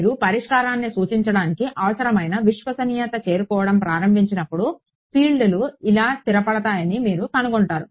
మీరు పరిష్కారాన్ని సూచించడానికి అవసరమైన విశ్వసనీయతను చేరుకోవడం ప్రారంభించినప్పుడు ఫీల్డ్లు ఇలా స్థిరపడతాయని మీరు కనుగొంటారు